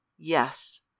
Yes